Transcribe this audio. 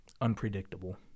unpredictable